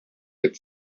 had